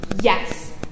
yes